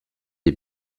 est